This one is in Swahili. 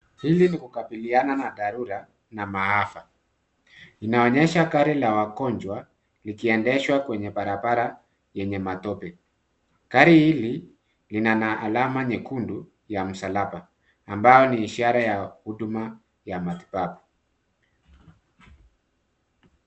Hili ni la kukabiliana na dharura na maafa. Inainyesha gari la wagonjwa, likiendeshwa kwenye barabara yenye matope. Gari hili lina alama nyekundu ya msalaba ambayo ni ishara ya huduma ya matibabu.